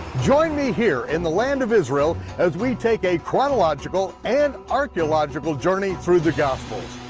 join me here in the land of israel as we take a chronological and archeological journey through the gospels.